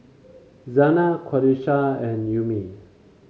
Zaynab Qalisha and Ummi